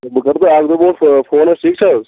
بہٕ کَرہو تۅہہِ اکھ دۅہ برٛونٛٹھ فون حظ ٹھیٖک چھا حظ